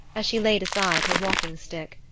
as she laid aside her walking stick.